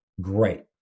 great